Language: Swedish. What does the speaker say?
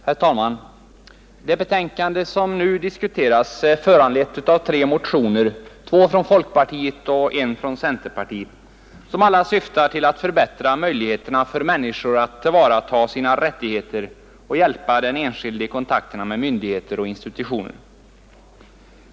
Herr talman! Det betänkande som vi nu diskuterar är föranlett av tre motioner, två från folkpartiet och en från centerpartiet, som alla syftar till att förbättra möjligheterna för människor att tillvarata sina rättigheter och att hjälpa den enskilde i kontakterna med myndigheter och institutioner.